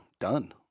done